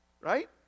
right